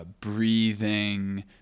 breathing